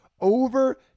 over